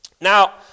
Now